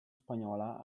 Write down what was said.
spagnola